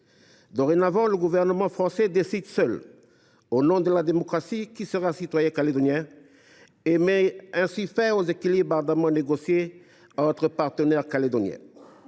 Dorénavant, le gouvernement français décide seul, au nom de la démocratie, qui sera citoyen calédonien et met ainsi fin aux équilibres ardemment négociés entre partenaires calédoniens.